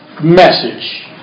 message